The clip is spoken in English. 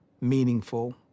meaningful